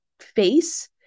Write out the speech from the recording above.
face